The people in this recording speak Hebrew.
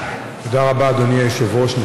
תודה רבה, אדוני היושב-ראש.